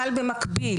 אבל, במקביל